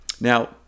Now